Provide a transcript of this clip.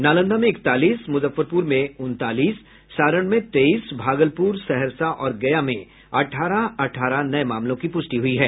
नालंदा में इकतालीस मुजफ्फरपुर में उनतालीस सारण में तेईस भागलपुर सहरसा और गया में अठारह अठारह नये मामलों की पुष्टि हुई है